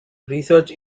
research